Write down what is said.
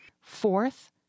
Fourth